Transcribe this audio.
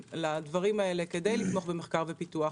לדברים האלה כדי לתמוך במחקר ופיתוח.